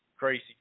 crazy